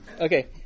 Okay